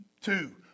Two